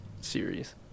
series